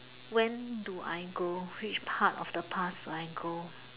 when do I go which part of the past I go